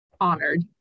Honored